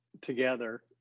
together